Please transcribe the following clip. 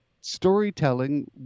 storytelling